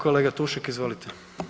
Kolega Tušek, izvolite.